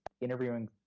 interviewing